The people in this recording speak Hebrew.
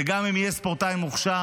וגם אם יהיה ספורטאי מוכשר,